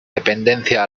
dependencia